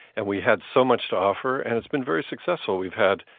and we had so much to offer, and it's been very successful. we've had,